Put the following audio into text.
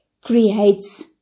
creates